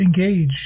engage